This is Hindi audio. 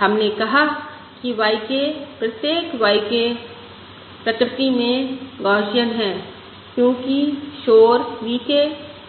हमने कहा कि y k प्रत्येक y k प्रकृति में गौसियन है क्योंकि शोर V k